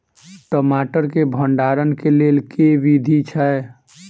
टमाटर केँ भण्डारण केँ लेल केँ विधि छैय?